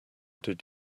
did